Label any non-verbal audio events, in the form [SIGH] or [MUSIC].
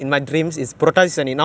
[LAUGHS]